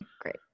Great